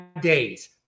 days